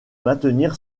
maintenir